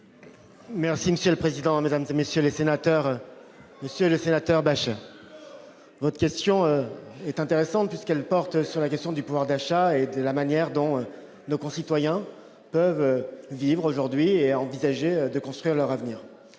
Merci monsieur le président, Mesdames et messieurs les sénateurs, Monsieur le flatteur, votre question est intéressante puisqu'elle porte sur la question du pouvoir d'achat et de la manière dont nos concitoyens peuvent vivre aujourd'hui est envisagé de construire leur avenir,